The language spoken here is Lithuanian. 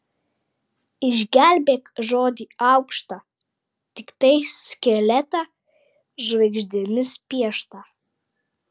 išgelbėk žodį aukštą tiktai skeletą žvaigždėmis pieštą